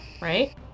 right